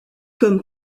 comme